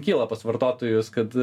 kyla pas vartotojus kad